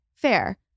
fair